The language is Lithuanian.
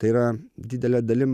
tai yra didele dalim